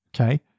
Okay